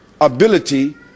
ability